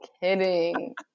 kidding